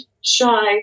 shy